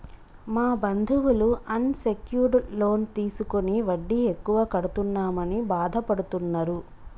మా బంధువులు unsecured loan తీసుకుని వడ్డీ ఎక్కువ కడుతున్నామని బాధపడుతున్నరు